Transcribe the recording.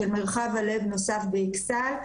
של מרחב הלב נוסף באכסאל.